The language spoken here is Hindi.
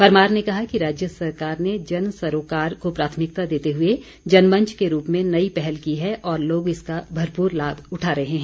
परमार ने कहा कि राज्य सरकार ने जन सरोकार को प्राथमिकता देते हुए जनमंच के रूप में नई पहल की है और लोग इसका भरपूर लाभ उठा रहे हैं